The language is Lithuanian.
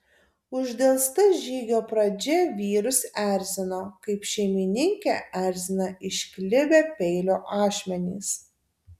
uždelsta žygio pradžia vyrus erzino kaip šeimininkę erzina išklibę peilio ašmenys